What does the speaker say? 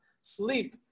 sleep